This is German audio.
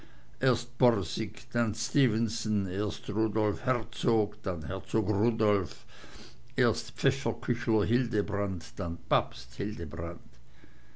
erst rudolf hertzog dann herzog rudolf erst pfefferküchler hildebrand dann papst hildebrand